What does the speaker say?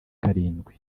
karindwi